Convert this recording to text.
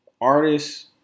artists